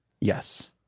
Yes